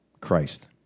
Christ